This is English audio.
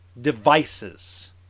devices